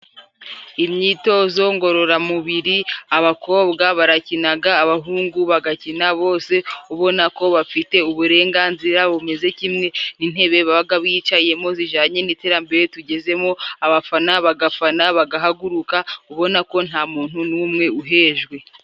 Imyitozo ngororamubiri abakobwa barakinaga abahungu bagakina bose ubona ko bafite uburenganzira bumeze kimwe, n'intebe babaga bicayemo zijyanye n'iterambere tugezemo. Abafana bagafana bagahaguruka ubona ko nta muntu n'umwe uhejwe.